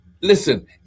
listen